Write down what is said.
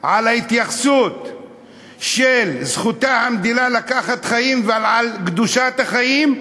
על ההתייחסות של זכות המדינה לקחת חיים ועל קדושת החיים,